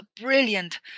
brilliant